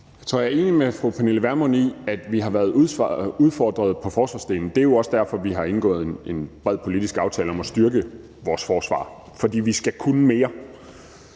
jeg er enig med fru Pernille Vermund i, at vi har været udfordret på forsvarsdelen. Det er jo også derfor, vi har indgået en bred politisk aftale om at styrke vores forsvar. For vi skal kunne mere.